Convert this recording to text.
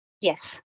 Yes